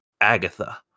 Agatha